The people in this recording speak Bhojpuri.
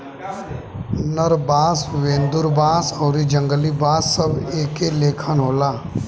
नर बांस, वेदुर बांस आउरी जंगली बांस सब एके लेखन होला